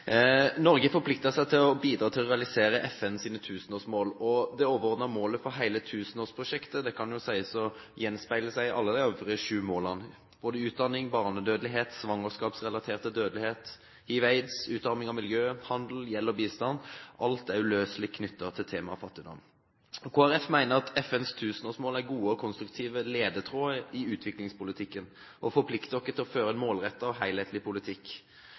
gjenspeile seg i alle de øvrige sju målene. Både utdanning, barnedødelighet, svangerskapsrelatert dødelighet, hiv/aids, utarming av miljø, handel, gjeld og bistand er uløselig knyttet til temaet fattigdom. Kristelig Folkeparti mener at FNs tusenårsmål er gode og konstruktive ledetråder i utviklingspolitikken, og forplikter oss til å føre en målrettet og helhetlig politikk.